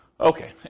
Okay